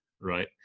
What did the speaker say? right